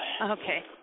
Okay